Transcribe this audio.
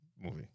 movie